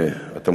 אתה מקופח,